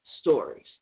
stories